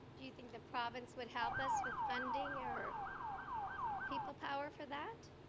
do you think the province would help us with funding or people power for that?